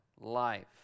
life